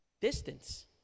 Distance